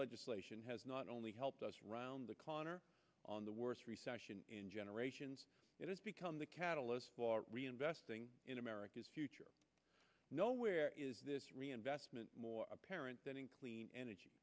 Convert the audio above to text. legislation has not only helped us round the clock on the worst recession in generations it has become the catalyst for reinvesting in america's future nowhere is this reinvestment more apparent than in clean energy